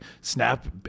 Snap